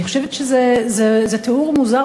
אני חושבת שזה תיאור מוזר,